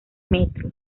metros